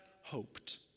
hoped